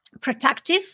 protective